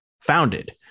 founded